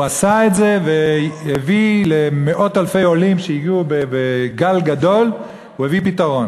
הוא עשה את זה והביא למאות אלפי עולים שהגיעו בגל גדול פתרון,